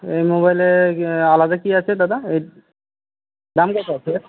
এই মোবাইলে আলাদা কি আছে দাদা এর দাম কত আছে এর